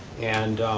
and